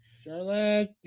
Charlotte